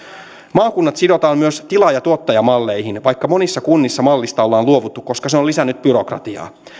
maakunnat sidotaan myös tilaaja tuottaja malleihin vaikka monissa kunnissa mallista ollaan luovuttu koska se on lisännyt byrokratiaa